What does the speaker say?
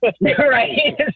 Right